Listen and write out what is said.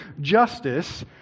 justice